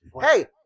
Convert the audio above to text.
hey